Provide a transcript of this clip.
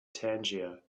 tangier